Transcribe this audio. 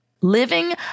Living